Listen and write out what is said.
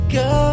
go